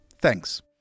thanks